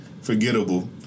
forgettable